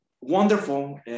wonderful